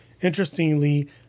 interestingly